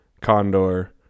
condor